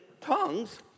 tongues